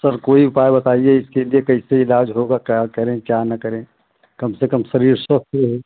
sir कोई उपाय बताइए इसके लिए कैसे इलाज होगा क्या करें क्या ना करें कम से कम शरीर स्वस्थ रहे